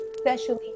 specially